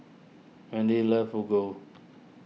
Wendel loves Fugu